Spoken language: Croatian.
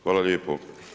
Hvala lijepo.